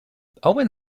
owen